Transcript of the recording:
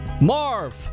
Marv